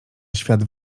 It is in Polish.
świat